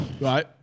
right